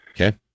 Okay